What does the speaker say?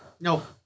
No